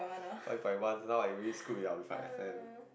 five point one now I already screwed [liao] with my F_M